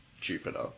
Jupiter